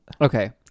Okay